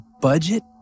budget